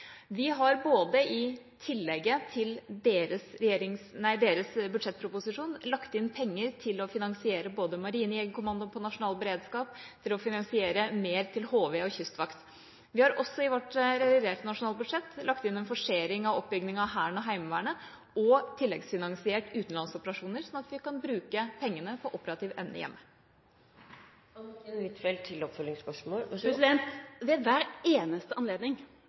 Vi har i tillegget til deres budsjettproposisjon lagt inn penger til å finansiere både Marinejegerkommandoen på nasjonal beredskap og mer til HV og Kystvakten. Vi har også i vårt reviderte nasjonalbudsjett lagt inn en forsering av oppbygginga av Hæren og Heimevernet og tilleggsfinansiert utenlandsoperasjoner, slik at vi kan bruke pengene på operativ evne hjemme. Ved hver eneste anledning der Stortinget skulle vedta forsvarsbudsjett, foreslo forsvarsministeren, mens hun satt der, en stor økning – 600 mill. kr. Det er